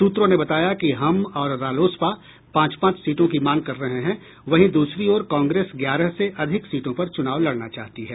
सूत्रों ने बताया कि हम और रालोसपा पांच पांच सीटों की मांग कर रहे हैं वहीं दूसरी ओर कांग्रेस ग्यारह से अधिक सीटों पर चुनाव लड़ना चाहती है